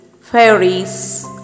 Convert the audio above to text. fairies